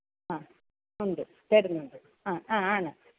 ആ ഉണ്ട് തരുന്നുണ്ട് ആ ആ ആണ്